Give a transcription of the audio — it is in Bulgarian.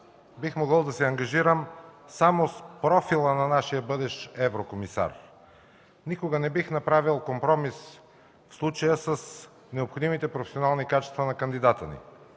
бих могъл да се ангажирам само с профила на нашия бъдещ еврокомисар. Никога не бих направил компромис, в случая, с необходимите професионални качества на кандидата ни.